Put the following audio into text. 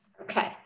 Okay